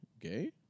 gay